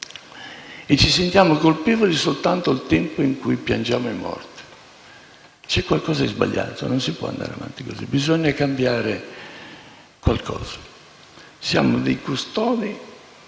Ci sentiamo colpevoli solo per il tempo in cui piangiamo i morti. C'è qualcosa di sbagliato. Non si può andare avanti così. Bisogna cambiare qualcosa. Siamo dei custodi